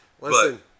Listen